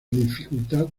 dificultad